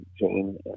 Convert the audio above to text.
Jane